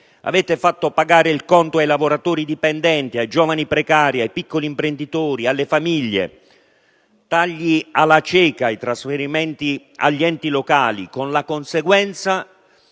Avete fatto pagare il conto ai lavoratori dipendenti, ai giovani precari, ai piccoli imprenditori, alle famiglie. Tagli alla cieca nei trasferimenti agli enti locali, con la conseguenza